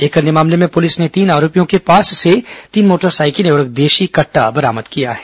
एक अन्य मामले में पुलिस ने तीन आरोपियों के पास से तीन मोटरसाइकिलें और एक देशी कट्टा बरामद किया है